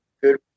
Good